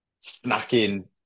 snacking